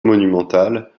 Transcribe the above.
monumental